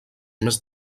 més